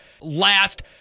last